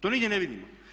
To nigdje ne vidimo.